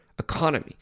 economy